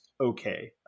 okay